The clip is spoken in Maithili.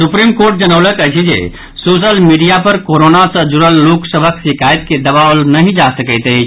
सुप्रीम कोर्ट जनौलक अछि जे सोशल मीडिया पर कोरोना सँ जुड़ल लोक सभक शिकायत के दबाओल नहि जा सकैत अछि